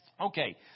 Okay